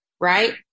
right